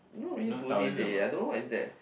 not really Buddish leh I don't know is that